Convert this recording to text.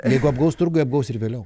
jeigu apgaus turguj apgaus ir vėliau